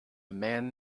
man